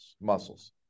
muscles